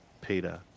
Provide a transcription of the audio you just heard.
Peter